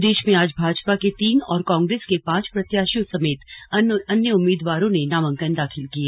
प्रदेश में आज भाजपा के तीन और कांग्रेस के पांच प्रत्याशियों समेत अन्य उम्मीदवारों नामांकन दाखिल किए